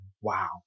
wow